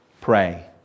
pray